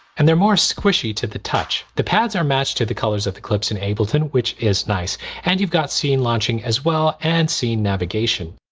and they're more squishy to the touch. the pads are matched to the colors of the clips in ableton which is nice and you've got scene launching as well and scene navigation.